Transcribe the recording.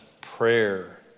prayer